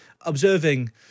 observing